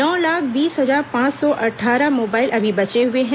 नौ लाख बीस हजार पांच सौ अट्ठारह मोबाइल अभी बचे हुए हैं